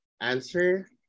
answer